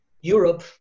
Europe